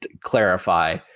clarify